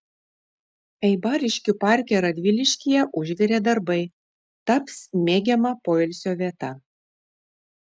eibariškių parke radviliškyje užvirė darbai taps mėgiama poilsio vieta